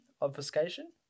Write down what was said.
obfuscation